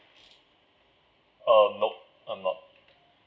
uh nope I'm not